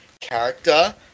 character